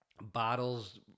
bottles